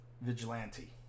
Vigilante